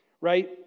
Right